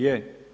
Je?